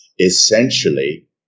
Essentially